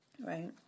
Right